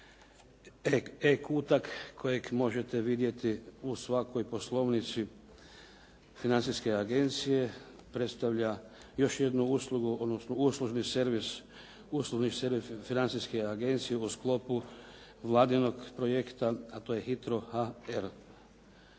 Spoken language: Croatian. kutak možete vidjeti u svakoj poslovnici Financijske agencije predstavlja još jednu uslugu, odnosno uslužni servis Financijske agencije u sklopu vladinog projekta, a to je HITRO.HR.